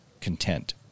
content